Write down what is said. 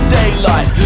daylight